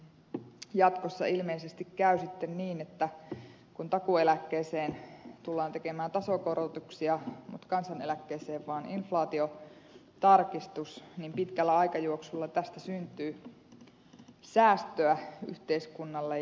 jatkossa ilmeisesti käy sitten niin että kun takuueläkkeeseen tullaan tekemään tasokorotuksia mutta kansaneläkkeeseen vain inflaatiotarkistus niin pitkällä aikajuoksulla tästä syntyy säästöä yhteiskunnalle